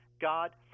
God